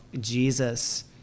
Jesus